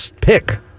Pick